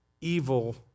evil